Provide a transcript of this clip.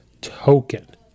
token